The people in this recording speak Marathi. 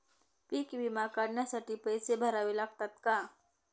पीक विमा काढण्यासाठी पैसे भरावे लागतात का?